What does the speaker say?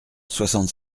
soixante